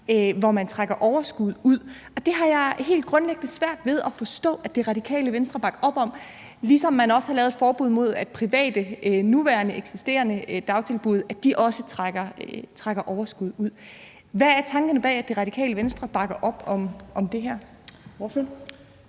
overskud trækkes ud, og det har jeg helt grundlæggende svært ved at forstå Det Radikale Venstre bakker op om, ligesom man også har lavet et forbud mod, at nuværende, eksisterende private dagtilbud trækker overskud ud. Hvad er tankerne bag, at Det Radikale Venstre bakker op om det her?